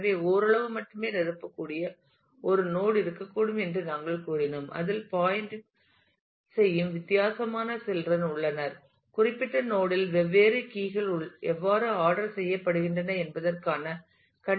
எனவே ஓரளவு மட்டுமே நிரப்பக்கூடிய ஒரு நோட் இருக்கக்கூடும் என்று நாங்கள் கூறினோம் அதில் பாயின்ட்இன் செய்யும் வித்தியாசமான சில்ரன் உள்ளனர் குறிப்பிட்ட நோட் யில் வெவ்வேறு கீ கள் எவ்வாறு ஆர்டர் செய்யப்படுகின்றன என்பதற்கான கண்டிஷன் கள் ஆகும்